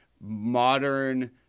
Modern